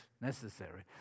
necessary